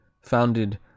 founded